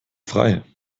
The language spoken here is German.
frei